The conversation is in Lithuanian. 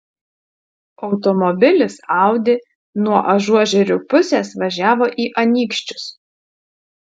automobilis audi nuo ažuožerių pusės važiavo į anykščius